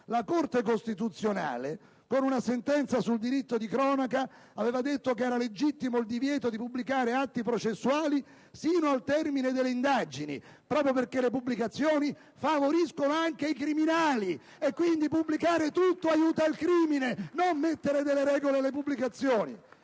la Corte costituzionale, con una sentenza sul diritto di cronaca, aveva detto che era legittimo il divieto di pubblicare atti processuali fino al termine delle indagini, proprio perché le pubblicazioni favoriscono i criminali. *(Applausi dai Gruppi PdL e LNP).* Quindi è pubblicare tutto che aiuta il crimine e non mettere delle regole alle pubblicazioni.